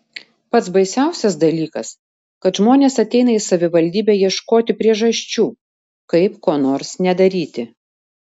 pats baisiausias dalykas kad žmonės ateina į savivaldybę ieškoti priežasčių kaip ko nors nedaryti